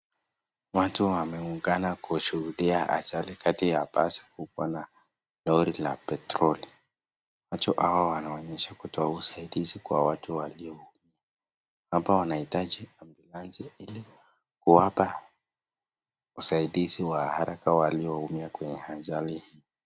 Watu wameungana kushuhudia ajali kati ya basi kubwa na lori ya petroli. Watu hawa wanaonyesha kutoa usaidizi kwa watu walio. Hapa wanahitaji maji ili kuwapa usaidizi wa haraka walioumia kwenye ajali hii.